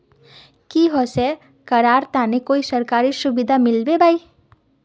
की होचे करार तने कोई सरकारी सुविधा मिलबे बाई?